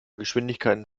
geschwindigkeiten